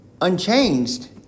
unchanged